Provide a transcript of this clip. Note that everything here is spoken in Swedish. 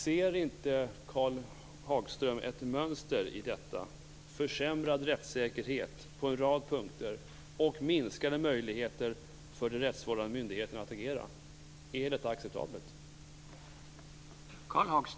Ser inte KarlHagström ett mönster i detta med försämrad rättssäkerhet på en rad punkter och minskade möjligheter för de rättsvårdande myndigheterna att agera? Är detta acceptabelt?